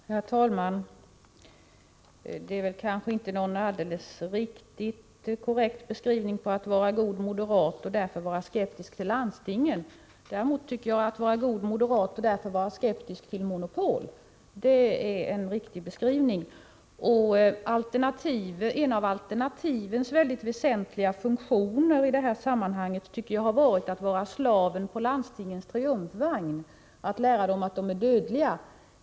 Herr talman! Det är kanske inte någon alldeles korrekt beskrivning av en god moderat att man är skeptisk till landstingen. Att vara en god moderat är däremot att vara skeptisk till monopol. En väsentlig funktion som alternativen har i detta sammanhang är att vara slaven på landstingens triumfvagn — att lära landstingen att de är dödliga.